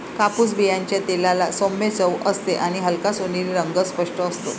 कापूस बियांच्या तेलाला सौम्य चव असते आणि हलका सोनेरी रंग स्पष्ट असतो